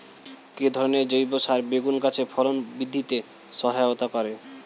কি ধরনের জৈব সার বেগুন গাছে ফলন বৃদ্ধিতে সহায়তা করে?